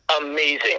amazing